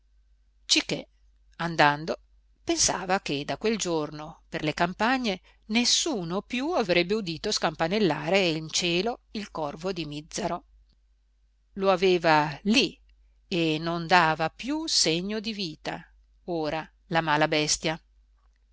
stradone cichè andando pensava che da quel giorno per le campagne nessuno più avrebbe udito scampanellare in cielo il corvo di mìzzaro lo aveva lì e non dava più segno di vita ora la mala bestia